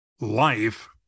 life